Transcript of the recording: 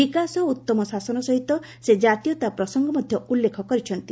ବିକାଶ ଓ ଉତ୍ତମ ଶାସନ ସହିତ ସେ କାତୀୟତା ପ୍ରସଙ୍ଗ ମଧ୍ୟ ଉଲ୍ଲେଖ କରିଛନ୍ତି